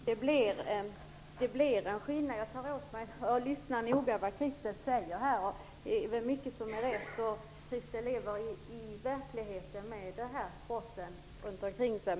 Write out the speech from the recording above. Fru talman! Det blir en skillnad. Jag lyssnar noga på vad Christel Anderberg här säger. Mycket är väl rätt. Christel Anderberg lever ju i verkligheten, med sådana här brott runt omkring sig.